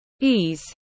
ease